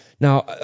Now